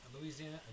Louisiana